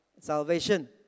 salvation